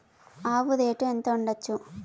ఆవు రేటు ఎంత ఉండచ్చు?